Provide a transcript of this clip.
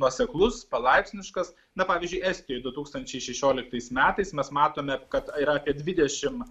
nuoseklus palaipsniškas na pavyzdžiui estijoje du tūkstančiai šešioliktais metais mes matome kad yra apie dvidešimt